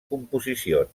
composicions